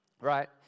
right